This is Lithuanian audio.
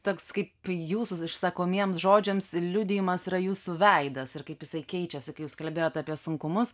toks kaip jūsų išsakomiems žodžiams liudijimas yra jūsų veidas ir kaip jisai keičiasi kai jūs kalbėjot apie sunkumus